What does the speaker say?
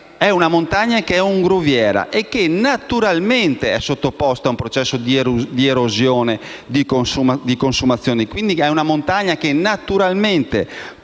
di una montagna carsica, che è un gruviera e che naturalmente è sottoposta a un processo di erosione e consumazione. È una montagna che naturalmente